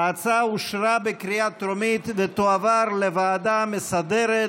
ההצעה אושרה בקריאה טרומית ותועבר לוועדה המסדרת.